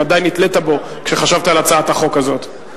ודאי נתלית בו כשחשבת על הצעת החוק הזאת.